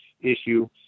issue